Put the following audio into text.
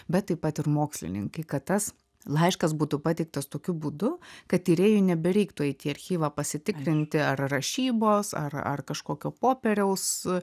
bet taip pat ir mokslininkai kad tas laiškas būtų pateiktas tokiu būdu kad tyrėjui nebereiktų eit į archyvą pasitikrinti ar rašybos ar ar kažkokio popieriaus